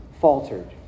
faltered